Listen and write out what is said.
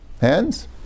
hands